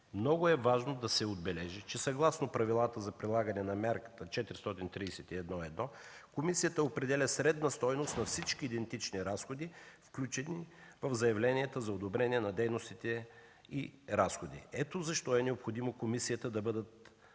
Много е важно да се отбележи, че съгласно правилата за прилагане на мярката 431-1 комисията определя средна стойност на всички идентични разходи, включени в заявленията за одобрение на дейностите и разходите. Ето защо е необходимо в комисията да бъдат